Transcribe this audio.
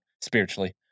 spiritually